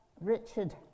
Richard